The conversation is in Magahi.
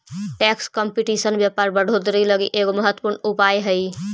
टैक्स कंपटीशन व्यापार बढ़ोतरी लगी एगो महत्वपूर्ण उपाय हई